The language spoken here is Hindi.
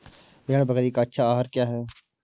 भेड़ बकरी का अच्छा आहार क्या है?